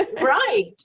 right